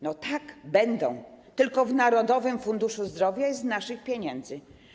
No tak, będzie, tylko w Narodowym Funduszu Zdrowia i z naszych pieniędzy.